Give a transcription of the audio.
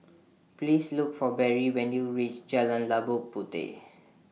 Please Look For Berry when YOU REACH Jalan Labu Puteh